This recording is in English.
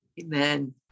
Amen